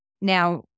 now